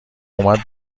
اومد